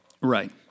Right